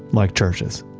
like churches.